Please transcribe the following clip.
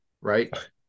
right